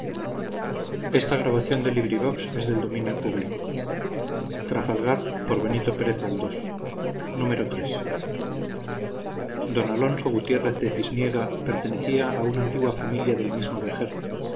d alonso gutiérrez de cisniega pertenecía a una antigua familia del mismo